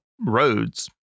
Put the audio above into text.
roads